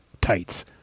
tights